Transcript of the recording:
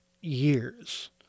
years